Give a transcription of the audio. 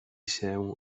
się